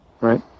right